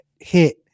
hit